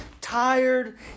Tired